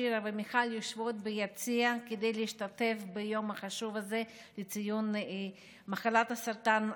שירה ומיכל יושבות ביציע כדי להשתתף ביום החשוב הזה לציון מחלת הסרטן,